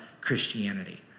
Christianity